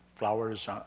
flowers